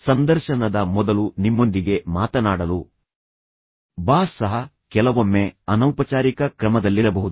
ಸಂದರ್ಶನದ ಮೊದಲು ನಿಮ್ಮೊಂದಿಗೆ ಮಾತನಾಡಲು ಬಾಸ್ ಸಹ ಕೆಲವೊಮ್ಮೆ ಅನೌಪಚಾರಿಕ ಕ್ರಮದಲ್ಲಿರಬಹುದು